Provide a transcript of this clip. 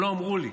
גם לא אמרו לי,